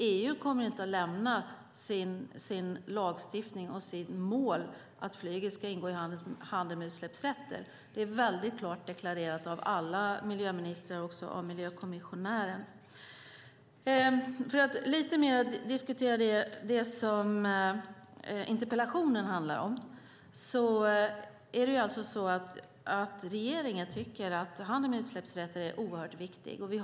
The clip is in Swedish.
EU kommer inte att lämna sin lagstiftning och sitt mål att flyget ska ingå i handeln med utsläppsrätter. Det är klart deklarerat av alla miljöministrar och av miljökommissionären. För att lite mer diskutera det som interpellationen handlar om kan jag säga att regeringen tycker att handeln med utsläppsrätter är oerhört viktig.